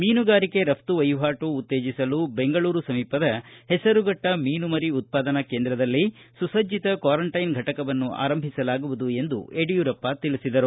ಮೀನುಗಾರಿಕೆ ರಫ್ತು ವಹಿವಾಟು ಉತ್ತೇಜಿಸಲು ಬೆಂಗಳೂರು ಸಮೀಪದ ಹೆಸರುಘಟ್ಟ ಮೀನು ಮರಿ ಉತ್ಪಾದನಾ ಕೇಂದ್ರದಲ್ಲಿ ಸುಸಜ್ಜಕ ಕ್ವಾರಂಟೈನ್ ಘಟಕವನ್ನು ಆರಂಭಿಸಲಾಗುವುದು ಎಂದು ಯಡಿಯೂರಪ್ಪ ತಿಳಿಸಿದರು